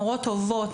מורות טובות,